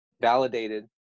validated